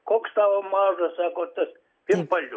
koks tavo mažas sako tas pimpaliuks